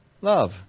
love